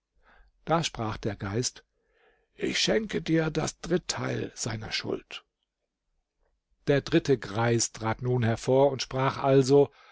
da sprach der geist ich schenke dir das dritteil seiner schuld der dritte greis trat nun hervor und sprach also